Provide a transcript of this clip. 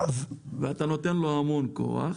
ואתה נותן לו המון כוח.